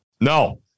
No